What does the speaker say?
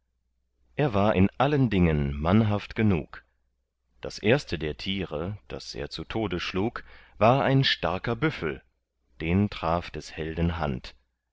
er war in allen dingen mannhaft genug das erste der tiere die er zu tode schlug war ein starker büffel den traf des helden hand